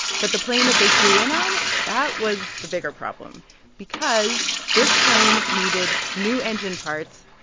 but the plane that they flew in on that was the bigger problem because this plane needed new engine parts,